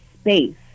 space